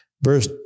Verse